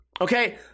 Okay